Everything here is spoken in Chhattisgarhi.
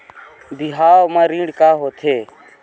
बिहाव म ऋण का होथे?